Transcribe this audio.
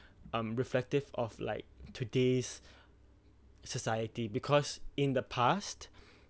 um reflective of like todays society because in the past